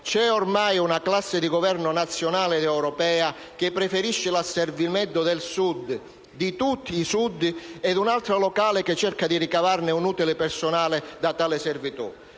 C'è ormai una classe di Governo nazionale ed europea che preferisce l'asservimento del Sud, di tutti i Sud, e un'altra locale che cerca di ricavare un utile personale da tale servitù.